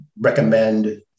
recommend